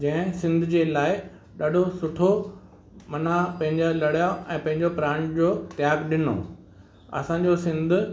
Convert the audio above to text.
जंहिं सिंध जे लाइ ॾाढो सुठो माना पंहिंजा लड़िया ऐं पंहिंजो प्राण जो त्याग़ु ॾिनो असांजो सिंध